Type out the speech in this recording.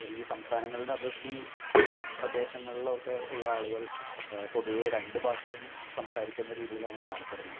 ഈ സംസ്ഥാനങ്ങളുടെ അതിർത്തി പ്രദേശങ്ങളിലൊക്കെ ഉള്ള ആളുകൾ പൊതുവെ രണ്ടു ഭാഷയും സംസാരിക്കുന്ന രീതിയിലാണ് കാണപ്പെടുന്നത്